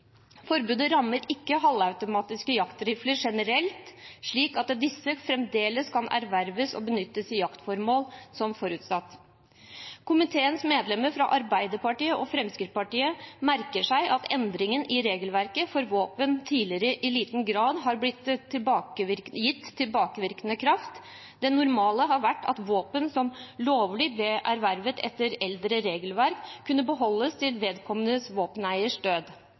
Forbudet rammer ikke halvautomatiske jaktrifler generelt, slik at disse kan fremdeles erverves og benyttes i jaktformål, som forutsatt. Komiteens medlemmer fra Arbeiderpartiet og Fremskrittspartiet merker seg at endringen i regelverket for våpen tidligere i liten grad har blitt gitt tilbakevirkende kraft. Det normale har vært at våpen som lovlig ble ervervet etter eldre regelverk, kunne beholdes til